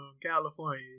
California